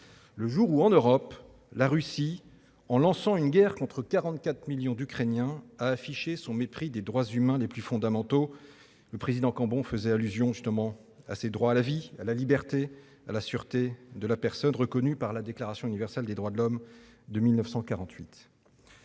Le jour où, en Europe, la Russie, en lançant une guerre contre 44 millions d'Ukrainiens, a affiché son mépris des droits humains les plus fondamentaux, comme le disait le président Cambon, les droits « à la vie, à la liberté, à la sûreté de sa personne », tous reconnus par la Déclaration universelle des droits de l'homme de 1948.